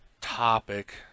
topic